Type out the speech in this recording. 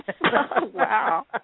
Wow